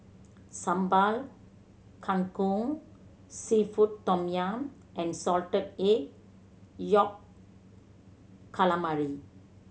Sambal Kangkong seafood tom yum and Salted Egg Yolk Calamari